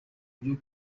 byo